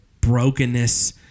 brokenness